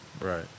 Right